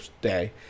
day